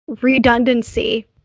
redundancy